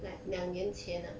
like 两年前 ah